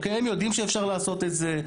הם יודעים שאפשר לעשות את זה,